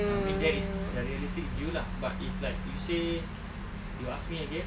I mean that is the realistic view lah but if like you say you ask me again